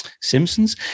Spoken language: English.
Simpson's